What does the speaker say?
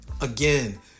Again